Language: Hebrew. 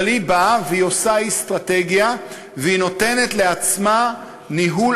אבל היא עושה אסטרטגיה ונותנת לעצמה ניהול